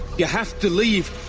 you have to leave.